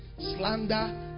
slander